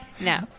No